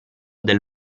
del